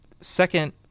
Second